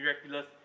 miraculous